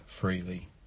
freely